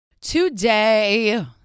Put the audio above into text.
Today